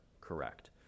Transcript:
correct